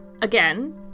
Again